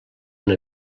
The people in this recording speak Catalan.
una